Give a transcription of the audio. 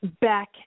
back